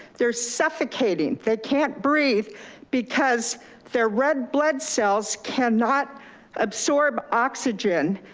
they're suffocating. they can't breathe because their red blood cells cannot absorb oxygen.